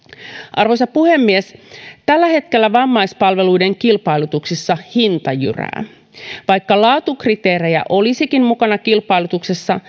arvoisa puhemies tällä hetkellä vammaispalveluiden kilpailutuksissa hinta jyrää vaikka laatukriteerejä olisikin mukana kilpailutuksessa